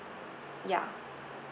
ya